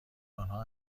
آنها